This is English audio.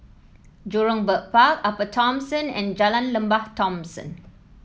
Jurong Bird Park Upper Thomson and Jalan Lembah Thomson